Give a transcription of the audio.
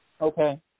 Okay